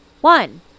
one